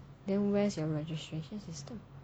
then where's your registration system